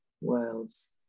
worlds